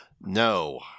no